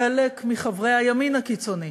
חלק מחברי הימין הקיצוני,